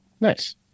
Nice